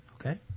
Okay